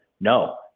No